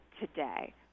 today